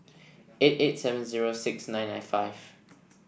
eight eight seven zero six nine nine five